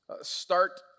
start